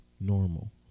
normal